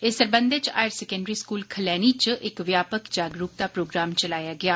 इस सरबंधी च हायर सैकेन्ड्री स्कूल खलैनी च इक व्यापक जागरुकता प्रोग्राम चलाया गेया